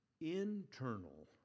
internal